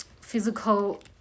physical